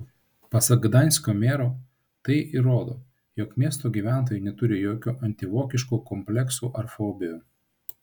pasak gdansko mero tai įrodo jog miesto gyventojai neturi jokių antivokiškų kompleksų ar fobijų